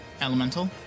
Elemental